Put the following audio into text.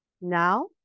now